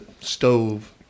stove